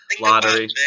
lottery